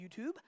YouTube